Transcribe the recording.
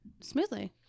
smoothly